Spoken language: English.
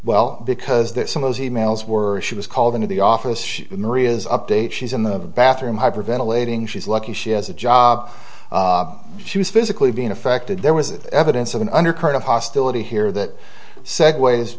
well because there are some of those e mails were she was called into the office she maria's update she's in the bathroom hyperventilating she's lucky she has a job she was physically being affected there was evidence of an undercurrent of hostility here that segue